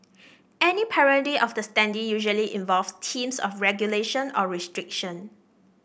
any parody of the standee usually involves themes of regulation or restriction